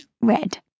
red